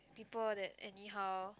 people that anyhow